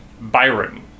Byron